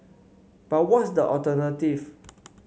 but what's the alternative